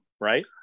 Right